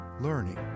learning